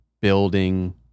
building